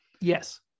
Yes